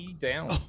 down